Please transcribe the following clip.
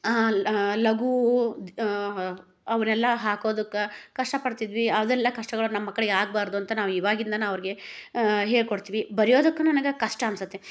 ಲಘೂ ಅವರೆಲ್ಲ ಹಾಕೋದಕ್ಕೆ ಕಷ್ಟಪಡ್ತಿದ್ವಿ ಅದೆಲ್ಲ ಕಷ್ಟಗಳು ನಮ್ಮ ಮಕ್ಕಳಿಗೆ ಆಗ್ಬಾರದು ಅಂತ ನಾವು ಇವಾಗಿಂದನ ಅವ್ರ್ಗೆ ಹೇಳ್ಕೊಡ್ತ್ವಿ ಬರಿಯೋದಕ್ಕು ನನಗೆ ಕಷ್ಟ ಅನ್ಸುತ್ತೆ